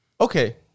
okay